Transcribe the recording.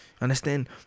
Understand